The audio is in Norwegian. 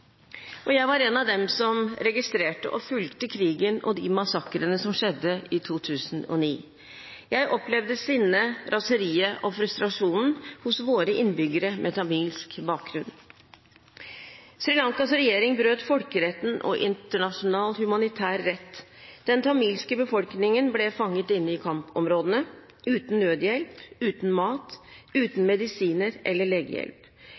Jeg var én av dem som registrerte og fulgte krigen og de massakrene som skjedde i 2009. Jeg opplevde sinnet, raseriet og frustrasjonen hos våre innbyggere med tamilsk bakgrunn. Sri Lankas regjering brøt folkeretten og internasjonal humanitær rett. Den tamilske befolkningen ble fanget inne i kampområdene – uten nødhjelp, uten mat, uten medisiner eller legehjelp.